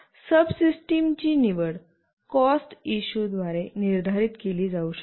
subsystem ची निवड cost इश्युद्वारे निर्धारित केली जाऊ शकते